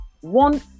One